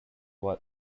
our